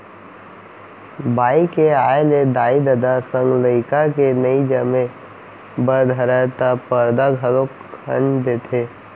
बाई के आय ले दाई ददा संग लइका के नइ जमे बर धरय त परदा घलौक खंड़ देथे